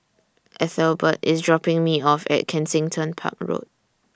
Ethelbert IS dropping Me off At Kensington Park Road